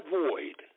void